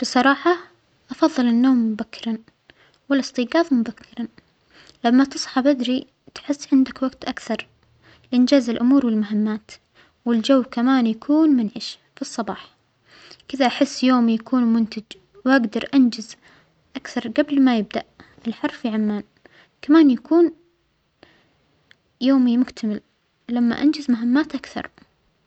بصراحة أفظل النوم مبكراً و الأستيقاظ مبكراً، لما تصحى بدرى تحس عندك وجت أكثر لإنجاز الأمور والمهمات والجو كمان يكون منعش في الصباح كدا أحس يومى يكون منتج وأجدر أنجز أكثر قبل ما يبدأ الحر في عمان، كمان يكون يومى مكتمل لما أنجز مهمات أكثر.